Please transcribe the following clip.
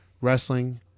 wrestling